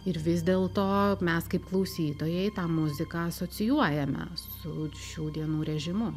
ir vis dėlto mes kaip klausytojai tą muziką asocijuojame su šių dienų režimu